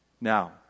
now